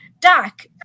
doc